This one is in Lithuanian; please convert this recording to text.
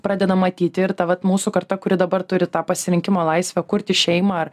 pradeda matyti ir ta vat mūsų karta kuri dabar turi tą pasirinkimo laisvę kurti šeimą ar